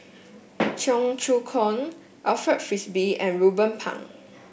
Cheong Choong Kong Alfred Frisby and Ruben Pang